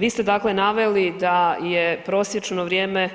Vi ste dakle naveli da je prosječno vrijeme